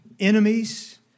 enemies